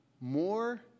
more